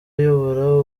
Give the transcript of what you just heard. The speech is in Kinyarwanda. ayobora